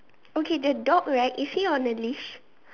okay the dog right is he on a leash